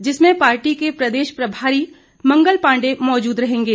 जिसमें पार्टी के प्रदेश प्रभारी मंगल पांडेय मौजूद रहेंगे